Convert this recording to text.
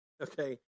okay